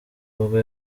ubwo